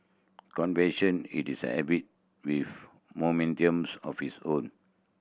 it is a habit with momentum of its own